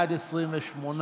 באופן פרטני,